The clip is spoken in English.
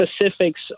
specifics